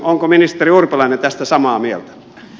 onko ministeri urpilainen tästä samaa mieltä